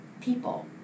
people